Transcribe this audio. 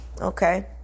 okay